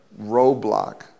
roadblock